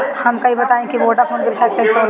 हमका ई बताई कि वोडाफोन के रिचार्ज कईसे होला?